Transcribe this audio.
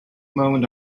moment